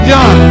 John